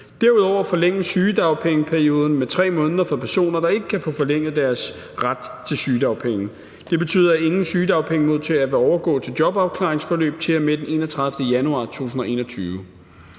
Derudover forlænges sygedagpengeperioden med 3 måneder for personer, der ikke kan få forlænget deres ret til sygedagpenge. Det betyder, at ingen sygedagpengemodtagere vil overgå til jobafklaringsforløb til og med den 31. januar 2021.